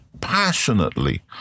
passionately